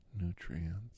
nutrients